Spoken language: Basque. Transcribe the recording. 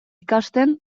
ikasten